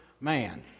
man